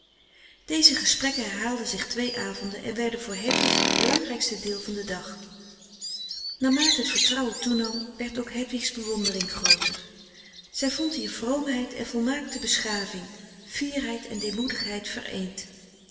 deze gesprekken herhaalden zich twee avonden en werden voor hedwig het belangrijkste deel van den frederik van eeden van de koele meren des doods dag naarmate het vertrouwen toenam werd ook hedwig's bewondering grooter zij vond hier vroomheid en volmaakte beschaving fierheid en deemoedigheid